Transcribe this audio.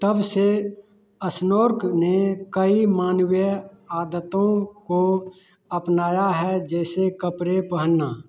तब से स्नोर्क ने कई मानवीय आदतों को अपनाया है जैसे कपड़े पहनना